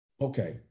Okay